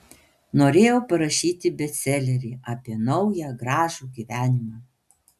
norėjau parašyti bestselerį apie naują gražų gyvenimą